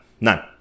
None